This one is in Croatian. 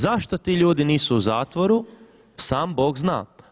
Zašto ti ljudi nisu u zatvoru sam Bog zna.